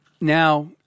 Now